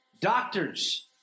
doctors